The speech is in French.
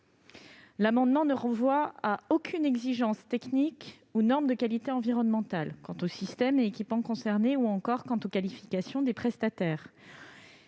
l'amendement ne renvoie à aucune exigence technique ou norme de qualité environnementale quant aux systèmes et équipements concernés ou aux qualifications des prestataires.